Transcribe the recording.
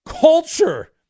culture